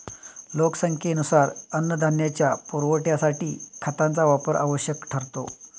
लोकसंख्येनुसार अन्नधान्याच्या पुरवठ्यासाठी खतांचा वापर आवश्यक ठरतो